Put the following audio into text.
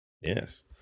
yes